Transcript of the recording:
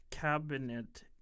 Cabinet